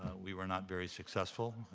we were not very successful,